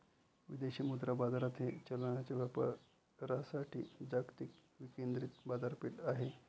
विदेशी मुद्रा बाजार हे चलनांच्या व्यापारासाठी जागतिक विकेंद्रित बाजारपेठ आहे